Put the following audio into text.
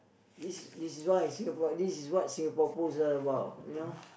this is this is what this is what Singapore-Pools is about you know